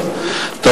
לא, אנחנו